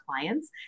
clients